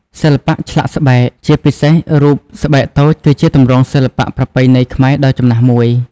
សិល្បៈឆ្លាក់ស្បែក ជាពិសេស រូបស្បែកតូចគឺជាទម្រង់សិល្បៈប្រពៃណីខ្មែរដ៏ចំណាស់មួយ។